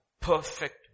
Perfect